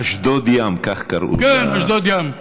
אשדוד ים, כך קראו, כן, אשדוד ים,